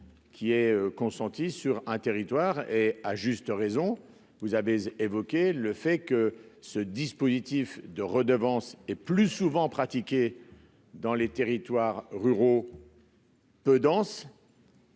l'effort consenti sur un territoire. À juste raison, monsieur Kern, vous avez évoqué le fait que le dispositif de redevance est plus souvent pratiqué dans les territoires ruraux peu denses,